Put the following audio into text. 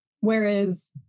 Whereas